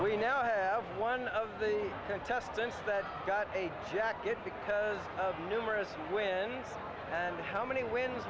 we now have one of the contestants that got a jacket because of numerous where and how many wins